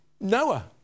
Noah